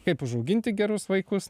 kaip užauginti gerus vaikus